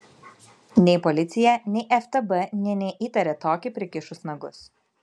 nei policija nei ftb nė neįtarė tokį prikišus nagus